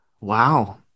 Wow